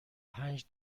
پنج